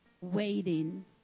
waiting